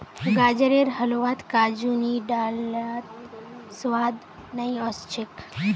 गाजरेर हलवात काजू नी डाल लात स्वाद नइ ओस छेक